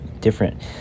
different